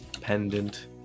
pendant